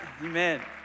Amen